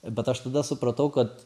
bet aš tada supratau kad